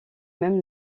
même